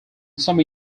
some